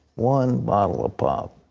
one bottle of pop.